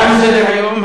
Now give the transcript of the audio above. תם סדר-היום.